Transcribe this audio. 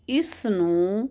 ਇਸਨੂੰ